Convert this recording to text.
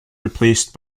replaced